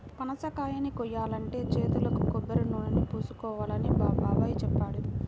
పనసకాయని కోయాలంటే చేతులకు కొబ్బరినూనెని పూసుకోవాలని మా బాబాయ్ చెప్పాడు